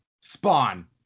spawn